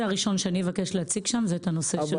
הראשון שאני אבקש להציג שם זה את הנושא הזה.